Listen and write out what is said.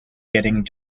getting